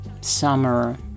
summer